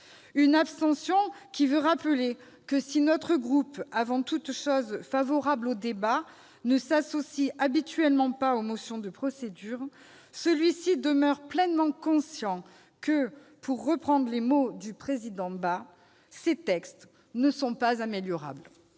Notre abstention vise à rappeler que, si notre groupe, avant tout favorable au débat, ne s'associe habituellement pas aux motions de procédure, il est pleinement conscient que, pour reprendre les mots du président Bas, ces deux textes ne sont pas « améliorables